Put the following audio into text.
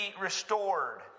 restored